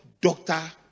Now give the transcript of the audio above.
Doctor